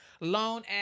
loan